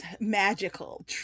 Magical